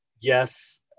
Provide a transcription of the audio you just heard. yes